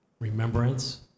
Remembrance